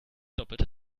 doppelter